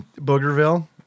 Boogerville